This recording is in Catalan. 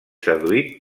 seduït